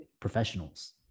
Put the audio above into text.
professionals